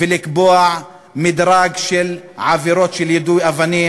ולקבוע מדרג של עבירות של יידוי אבנים.